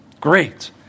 Great